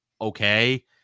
okay